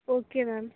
okay ma'am